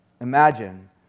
Imagine